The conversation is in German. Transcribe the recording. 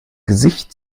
gesicht